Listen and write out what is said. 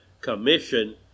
commission